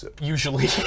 usually